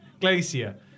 Glacier